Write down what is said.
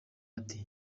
ati